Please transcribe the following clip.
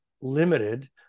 limited